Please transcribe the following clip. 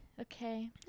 Okay